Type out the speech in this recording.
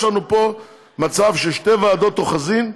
יש לנו פה מצב ששתי ועדות אוחזות,